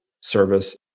service